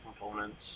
components